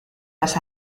las